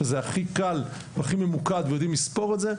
שזה הכי קל והכי ממוקד ויודעים לספור את זה,